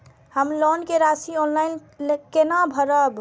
हम लोन के राशि ऑनलाइन केना भरब?